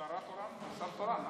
שרה תורנית.